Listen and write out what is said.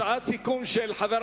הצעת הסיכום של יושב-ראש הקואליציה,